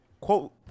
quote